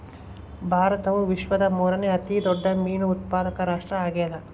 ಭಾರತವು ವಿಶ್ವದ ಮೂರನೇ ಅತಿ ದೊಡ್ಡ ಮೇನು ಉತ್ಪಾದಕ ರಾಷ್ಟ್ರ ಆಗ್ಯದ